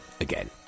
again